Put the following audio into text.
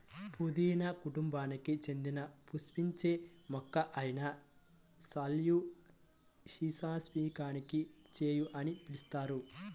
పుదీనా కుటుంబానికి చెందిన పుష్పించే మొక్క అయిన సాల్వియా హిస్పానికాని చియా అని పిలుస్తారు